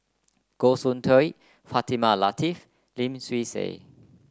Goh Soon Tioe Fatimah Lateef Lim Swee Say